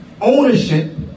ownership